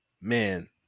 man